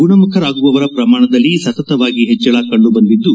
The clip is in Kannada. ಗುಣಮುಖರಾಗುವವರ ಪ್ರಮಾಣದಲ್ಲಿ ಸತತವಾಗಿ ಹೆಚ್ಚಳ ಕಂಡುಬಂದಿದ್ದು